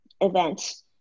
events